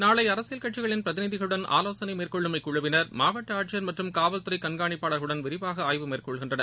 நாளைஅரசியல் கட்சிகளின் பிரதிநிதிகளுடன் ஆவோசனைமேற்கொள்ளும் இக்குழுவினர் மாவட்டஆட்சியர் மற்றும் காவல்துறைகண்காணிப்பாளர்களுடனும் விரிவாகஆய்வு மேற்கொள்கின்றனர்